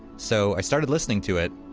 so i started listening to it,